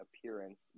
appearance